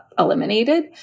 eliminated